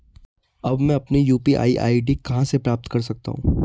अब मैं अपनी यू.पी.आई आई.डी कहां से प्राप्त कर सकता हूं?